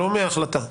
לא מהחלטה.